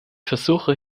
versuche